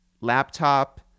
laptop